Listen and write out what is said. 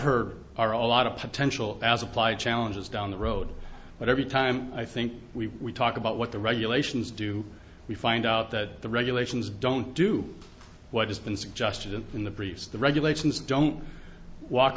heard are a lot of potential as applied challenges down the road but every time i think we talk about what the regulations do we find out that the regulations don't do what has been suggested and in the briefs the regulations don't walk